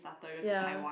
ya